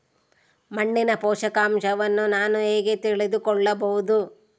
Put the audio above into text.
ಮಣ್ಣಿನ ಪೋಷಕಾಂಶವನ್ನು ನಾನು ಹೇಗೆ ತಿಳಿದುಕೊಳ್ಳಬಹುದು?